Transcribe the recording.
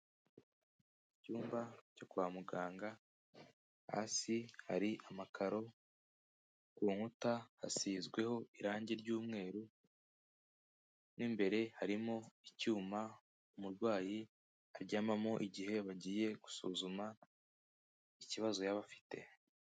Mu cyumba cyo kwa muganga, hasi hari amakaro, ku nkuta hasizweho irangi ry'mweru, mo imbere harimo icyuma umurwayi ajyamamo igihe bagiye gusuzuma ikibazo yaba afite.